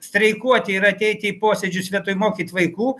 streikuoti ir ateiti į posėdžius vietoj mokyt vaikų